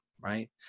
right